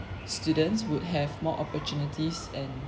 students would have more opportunities and